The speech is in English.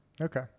Okay